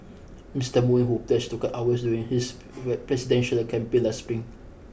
Mister Moon who pledged to cut hours during his presidential campaign last spring